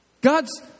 God's